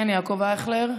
כן, יעקב אייכלר.